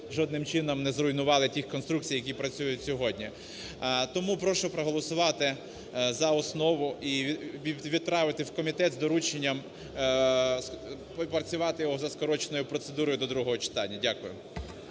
жодним чином не зруйнували тих конструкцій, які працюють сьогодні. Тому прошу проголосувати за основу і відправити в комітет з дорученням, опрацювати його за скороченою процедурою до другого читання. Дякую.